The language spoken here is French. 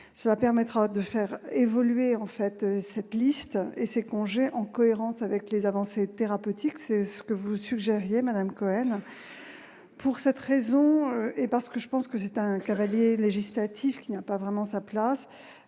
plat permettra de faire évoluer cette liste et ces congés en cohérence avec les avancées thérapeutiques. C'est d'ailleurs ce que vous suggérez, madame Cohen. Pour cette raison, et parce que votre amendement me semble être un cavalier législatif, qui n'a pas vraiment sa place